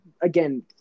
again